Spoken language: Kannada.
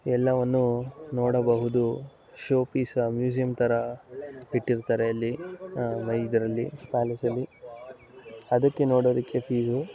ಎಲ್ಲವನ್ನು ನೋಡಬಹುದು ಶೋ ಪೀಸ್ ಮ್ಯೂಸಿಯಂ ಥರ ಇಟ್ಟಿರ್ತಾರೆ ಅಲ್ಲಿ ಇದರಲ್ಲಿ ಪ್ಯಾಲೇಸಲ್ಲಿ ಅದಕ್ಕೆ ನೋಡೋದಕ್ಕೆ ಫೀಸು